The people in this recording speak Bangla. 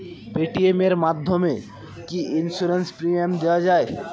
পেটিএম এর মাধ্যমে কি ইন্সুরেন্স প্রিমিয়াম দেওয়া যায়?